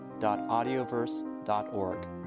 audioverse.org